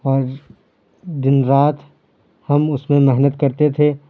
اور دن رات ہم اس میں محنت کرتے تھے